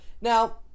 Now